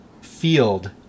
field